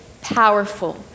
powerful